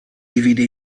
divide